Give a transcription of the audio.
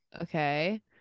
Okay